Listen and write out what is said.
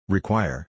Require